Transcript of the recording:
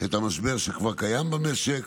את המשבר שכבר קיים במשק,